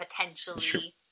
Potentially